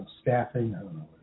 staffing